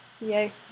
Yay